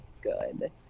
good